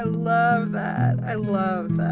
um love, i love